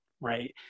right